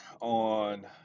on